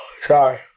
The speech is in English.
sorry